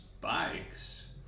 bikes